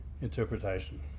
interpretation